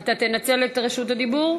אתה תנצל את רשות הדיבור?